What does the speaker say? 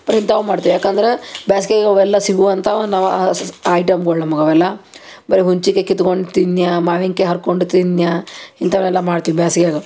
ಬರಿ ಇಂಥವು ಮಾಡ್ತೇವೆ ಯಾಕಂದರೆ ಬ್ಯಾಸ್ಗೆಗೆ ಅವೆಲ್ಲ ಸಿಗುವಂಥ ನವ ಐಟಮ್ಗಳು ನಮ್ಗೆ ಅವೆಲ್ಲ ಬರಿ ಹುಂಚಿ ಕಾಯಿ ಕಿತ್ಕೊಂಡು ತಿನ್ಯಾ ಮಾವಿನ ಕಾಯಿ ಹರ್ಕೊಂಡು ತಿನ್ಯಾ ಇಂಥವನ್ನೆಲ್ಲ ಮಾಡ್ತೀವಿ ಬ್ಯಾಸ್ಗ್ಯಾಗ